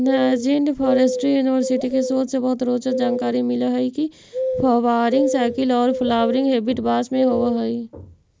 Nanjing forestry university के शोध से बहुत रोचक जानकारी मिल हई के फ्वावरिंग साइकिल औउर फ्लावरिंग हेबिट बास में होव हई